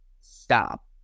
stop